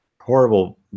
horrible